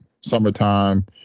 summertime